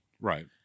Right